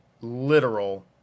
literal